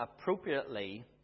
appropriately